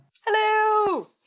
Hello